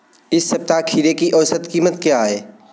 इस सप्ताह खीरे की औसत कीमत क्या है?